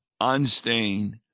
unstained